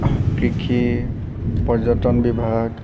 কৃষি পৰ্যটন বিভাগ